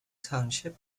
township